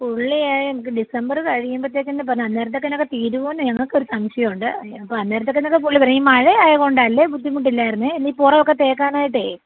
പുള്ളി ഏഹ് എനിക്ക് ഡിസംബറ് കഴിയുമ്പോഴത്തേക്ക് തന്നെ പറഞ്ഞാൽ അന്നേരത്തേക്ക് ഒക്കെ തീരുമോയെന്ന് ഞങ്ങൾക്കൊരു സംശയമുണ്ട് ഓഹ് അന്നേരത്തേനൊക്കെ പുള്ളി വരും ഈ മഴയായതുകൊണ്ടാണ് അല്ലെങ്കിൽ ബുദ്ധിമുട്ട് ഇല്ലായിരുന്നെങ്കിൽ ഇനി പുറമൊക്കെ തേക്കാനായിട്ടേ